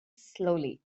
slowly